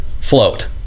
float